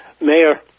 Mayor